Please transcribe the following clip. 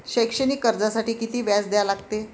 शैक्षणिक कर्जासाठी किती व्याज द्या लागते?